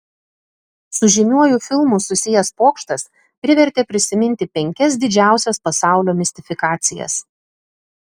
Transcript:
su žymiuoju filmu susijęs pokštas privertė prisiminti penkias didžiausias pasaulio mistifikacijas